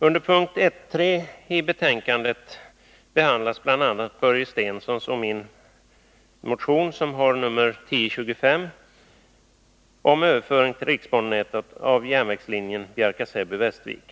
Under punkten 1.3 i betänkandet behandlas bl.a. Börje Stenssons och min motion nr 1025, om överföring till riksbanenätet av järnvägslinjen Bjärka/ Säby-Västervik.